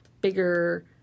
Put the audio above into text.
bigger